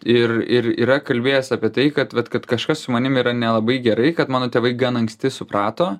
ir ir yra kalbėjęs apie tai kad vat kažkas su manim yra nelabai gerai kad mano tėvai gan anksti suprato